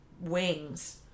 wings